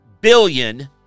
billion